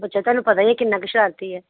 ਬੱਚਾ ਤੁਹਾਨੂੰ ਪਤਾ ਹੀ ਹੈ ਕਿੰਨਾ ਕੁ ਸ਼ਰਾਰਤੀ ਹੈ